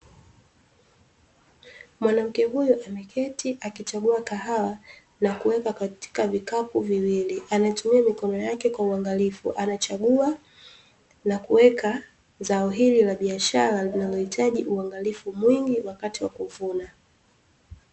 Mwanamke huyu ameketi akichagua kahawa na kuweka katika vikapu viwili. Anatumia mikono yake kwa uangalifu anachagua na kuweka zao hili la biashara linalohitaji uangalifu mwingi wakati wa kuvuna.